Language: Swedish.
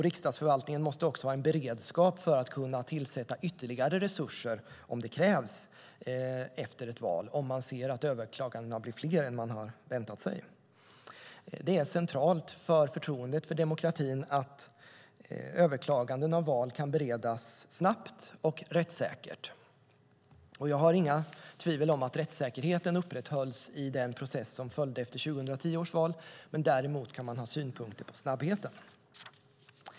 Riksdagsförvaltningen måste också ha beredskap för att kunna tillsätta ytterligare resurser efter ett val om man ser att det krävs på grund av att antalet överklaganden blir större än man har väntat sig. Det är centralt för förtroendet för demokratin att överklaganden av val kan beredas snabbt och rättssäkert. Jag tvivlar inte på att rättssäkerheten upprätthölls i den process som följde efter 2010 års val, men däremot kan man ha synpunkter på snabbheten.